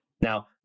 Now